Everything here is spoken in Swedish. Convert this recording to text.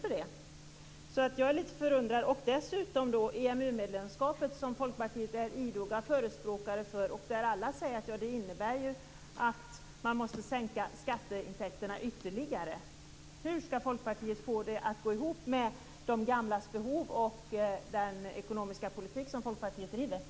Folkpartiet är idog förespråkare för EMU medlemskapet. Alla säger att det innebär en ytterligare sänkning av skatteintäkterna. Hur skall Folkpartiet få sin ekonomiska politik att gå ihop med de gamlas behov?